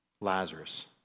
Lazarus